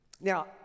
now